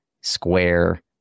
square